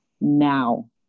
now